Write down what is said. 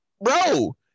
bro